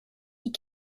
die